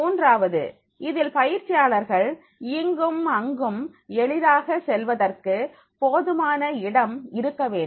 மூன்றாவது இதில் பயிற்சியாளர்கள் இங்கும் அங்கும் எளிதாக செல்வதற்கு போதுமான இடம் இருக்க வேண்டும்